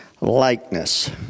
likeness